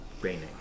raining